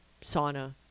sauna